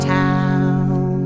town